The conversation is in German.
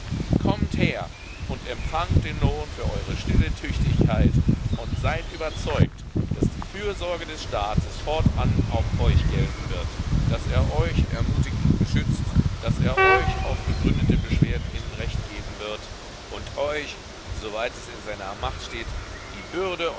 kommt her und empfangt den lohn für eure stille tüchtigkeit und seid überzeugt daß die fürsorge des staates fortan auch euch gelten wird daß er euch ermutigt und beschützt daß er euch auf begründete beschwerden hin recht geben wird und euch soweit es in seiner macht steht die bürde